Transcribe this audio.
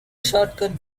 shortcut